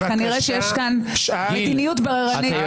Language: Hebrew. אבל כנראה שיש כאן מדיניות בררנית.